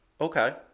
Okay